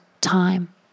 time